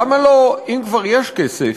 למה לא, אם כבר יש כסף,